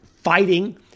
fighting